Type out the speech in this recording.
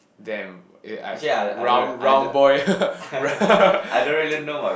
damn uh I'm round round boy round